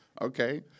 okay